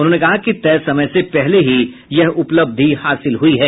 उन्होने कहा कि तय समय से पहले ही यह उपलब्धि हासिल हुई है